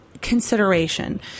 consideration